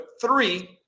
three